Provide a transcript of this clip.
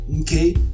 okay